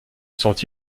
sont